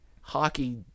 hockey